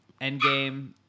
Endgame